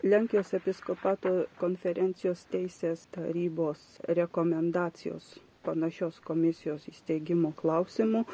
lenkijos episkopato konferencijos teisės tarybos rekomendacijos panašios komisijos įsteigimo klausimu